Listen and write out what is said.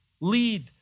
lead